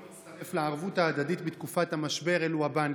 מצטרף לערבות ההדדית בתקופת המשבר אלו הבנקים.